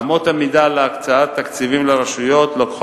אמות המידה להקצאת תקציבים לרשויות מביאות